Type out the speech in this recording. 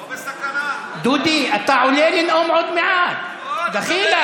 לא בסכנה, דודי, אתה עולה לנאום עוד מעט, דחילק.